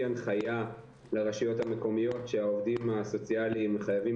הנחייה לרשויות המקומיות שהעובדים הסוציאליים חייבים